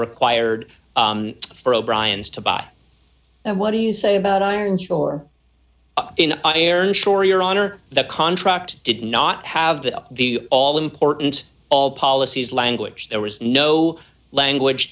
required for o'brien's to buy and what do you say about iron ore in sure your honor the contract did not have the the all important all policies language there was no language